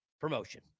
Promotion